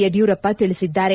ಯಡಿಯೂರಪ್ಪ ತಿಳಿಸಿದ್ದಾರೆ